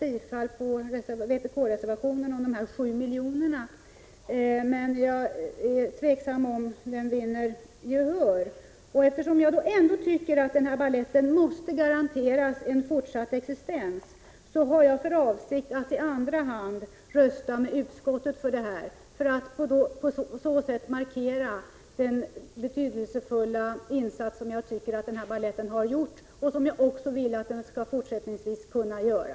Jag är emellertid tveksam om denna reservation kommer att bifallas av riksdagen, och eftersom jag ändå tycker att denna balett måste garanteras en fortsatt existens har jag för avsikt att i andra hand rösta för utskottets hemställan i detta avseende, för att på så sätt markera den betydelsefulla insats som jag tycker att denna balett har gjort och som jag vill att den fortsättningsvis skall kunna göra.